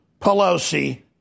Pelosi